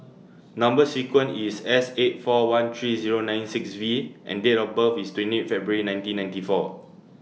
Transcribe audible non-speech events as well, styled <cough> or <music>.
<noise> Number sequence IS S eight four one three Zero nine six V and Date of birth IS twenty February nineteen ninety four <noise>